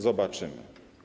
Zobaczymy.